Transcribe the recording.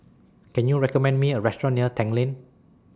Can YOU recommend Me A Restaurant near Tanglin